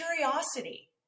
curiosity